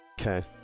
Okay